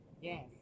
yes